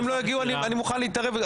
אם לא יגיעו, אני מוכן להתערב.